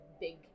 big